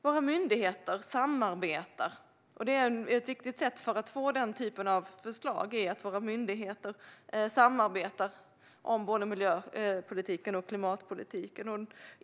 Våra myndigheter samarbetar, och ett viktigt sätt att få den typen av förslag är att de samarbetar om både miljö och klimatpolitiken.